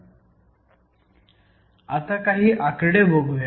आता काही आकडे बघुयात